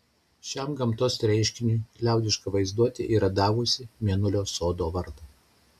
šiam gamtos reiškiniui liaudiška vaizduotė yra davusi mėnulio sodo vardą